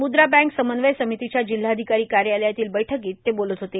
मुद्रा बँक समन्वय र्सामतीच्या जिल्हाधिकारों कायालयातील बैठकोंत ते बोलत होते